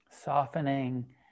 softening